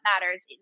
matters